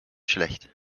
schlecht